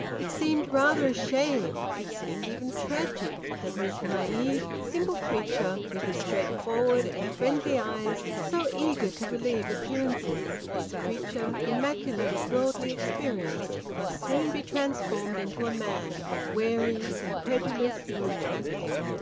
it seemed rather a shame, it seemed even tragic, that this naive, simple creature, with his straightforward and friendly eyes so eager to believe appearances, this creature immaculate of worldly experience, must soon be transformed into a man, wary, incredulous, detracting.